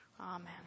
Amen